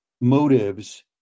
motives